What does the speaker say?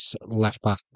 left-back